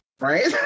Right